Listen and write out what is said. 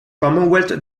commonwealth